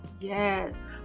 Yes